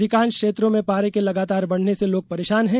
अधिकांश क्षेत्रों में पारे के लगातार बढ़ने से लोग परेशान हैं